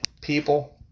People